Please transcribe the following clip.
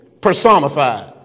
personified